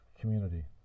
community